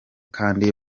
kandi